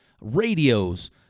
radios